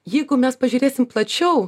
jeigu mes pažiūrėsim plačiau